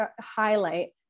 highlight